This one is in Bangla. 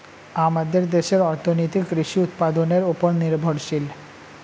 আমাদের দেশের অর্থনীতি কৃষি উৎপাদনের উপর নির্ভরশীল